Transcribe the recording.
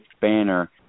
banner